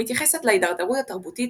המתייחסת להידרדרות התרבותית